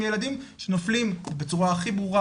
אז הם ילדים שנופלים בצורה הכי ברורה,